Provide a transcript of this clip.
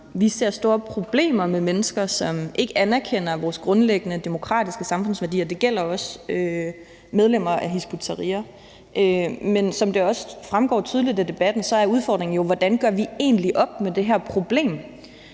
Vi ser store problemer med mennesker, som ikke anerkender vores grundlæggende demokratiske samfundsværdier, og det gælder også medlemmer af Hizb ut-Tahrir. Men som det også fremgår tydeligt af debatten, er udfordringen jo, hvordan vi egentlig gør op med det her problem.